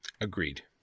Agreed